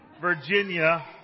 Virginia